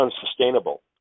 unsustainable